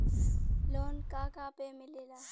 Loan का का पे मिलेला?